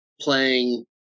playing